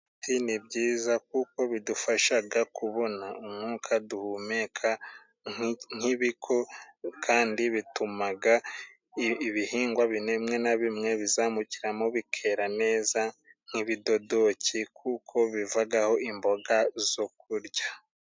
Ibiti ni byiza kuko bidufashaga kubona umwuka duhumeka, nk'ibiko kandi bitumaga ibihingwa bimwe bimwe na bimwe bizamukiramo bikera neza, nk'ibidodoki kuko bivaho imboga zo kurya.